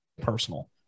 personal